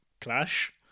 clash